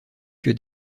que